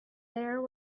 there